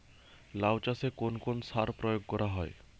লাউ চাষে কোন কোন সার প্রয়োগ করা হয়?